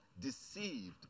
deceived